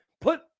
put